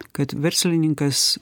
kad verslininkas